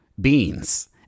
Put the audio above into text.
beans